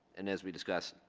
and as we discussed